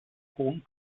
hohen